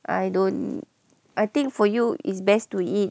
I don't I think for you is best to eat